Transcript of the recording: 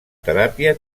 teràpia